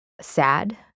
sad